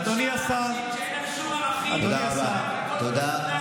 אדוני השר, אדוני השר.